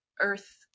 earth